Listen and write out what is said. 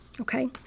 okay